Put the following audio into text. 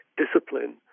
discipline